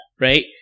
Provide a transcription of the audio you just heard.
right